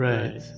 Right